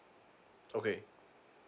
okay